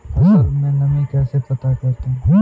फसल में नमी कैसे पता करते हैं?